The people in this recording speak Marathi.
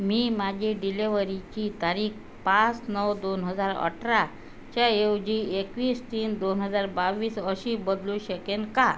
मी माझी डिलिव्हरीची तारीख पाच नऊ दोन हजार अठराच्या ऐवजी एकवीस तीन दोन हजार बावीस अशी बदलू शकेन का